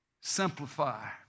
Simplify